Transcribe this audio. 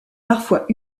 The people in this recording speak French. parfois